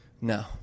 No